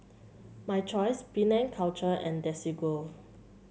My Choice Penang Culture and Desigual